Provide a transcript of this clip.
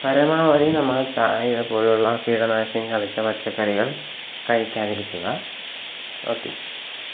പരമാവധി നമ്മൾ താഴിക പോലുള്ള കീടനാശിനി തളിച്ച പച്ചക്കറികൾ കഴിക്കാതിരിക്കുക ഓക്കേ